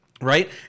Right